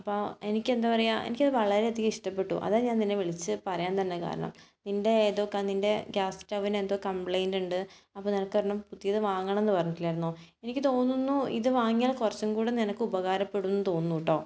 അപ്പോൾ എനിക്ക് എന്താ പറയുക എനിക്ക് വളരെ അധികം ഇഷ്ടപ്പെട്ടു അതാ ഞാൻ നിന്നെ വിളിച്ച് പറയാൻ തന്നെ കാരണം നിൻ്റെ ഏതോ നിൻ്റെ ഗ്യാസ് സ്റ്റവിന് എന്തോ കംപ്ലയിൻ്റുണ്ട് അപ്പോൾ നിനക്ക് ഒരെണ്ണം പുതിയത് വാങ്ങണം എന്ന് പറഞ്ഞിട്ടില്ലായിരുന്നോ എനിക്ക് തോന്നുന്നു ഇത് വാങ്ങിയാൽ കുറച്ചും കൂടി നിനക്ക് ഉപകാരപ്പെടുമെന്ന് തോന്നുന്നു കേട്ടോ